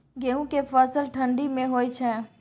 गेहूं के फसल ठंडी मे होय छै?